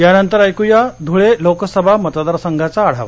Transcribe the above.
यानंतर ऐक्या धूळे लोकसभा मतदार संघाचा आढावा